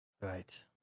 Right